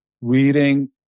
reading